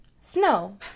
Snow